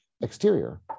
exterior